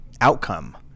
outcome